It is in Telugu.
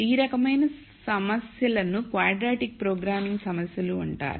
ఆ రకమైన సమస్యలను క్వాడ్రాటిక్ ప్రోగ్రామింగ్ సమస్యలు అంటారు